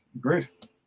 Great